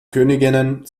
königinnen